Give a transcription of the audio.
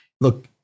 look